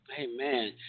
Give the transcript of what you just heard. Amen